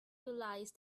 realize